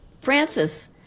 Francis